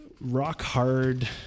rock-hard